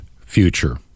future